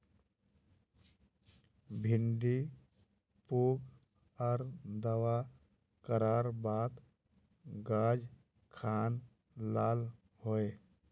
भिन्डी पुक आर दावा करार बात गाज खान लाल होए?